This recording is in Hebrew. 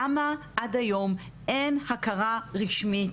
למה עד היום, אין הכרה רשמית,